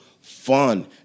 fun